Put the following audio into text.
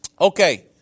Okay